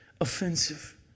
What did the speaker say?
offensive